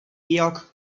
georg